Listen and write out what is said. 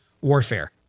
warfare